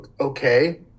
okay